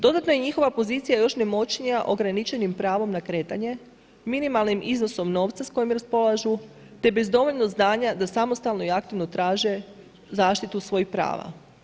Dodatno je njihova pozicija još nemoćnija ograničenim pravom na kretanje, minimalnim iznosom novca s kojim raspolažu te bez dovoljno znanja da samostalno i aktivno traže zaštitu svojih prava.